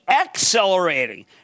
accelerating